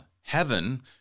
heaven